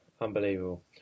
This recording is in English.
unbelievable